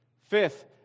Fifth